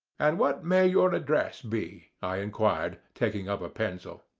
and what may your address be? i inquired, taking up a pencil.